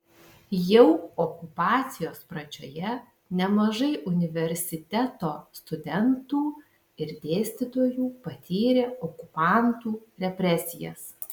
jau okupacijos pradžioje nemažai universiteto studentų ir dėstytojų patyrė okupantų represijas